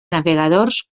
navegadors